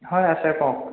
হয় হয় আছে কওক